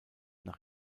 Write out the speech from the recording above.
nach